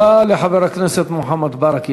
תודה לחבר הכנסת מוחמד ברכה.